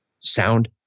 sound